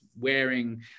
wearing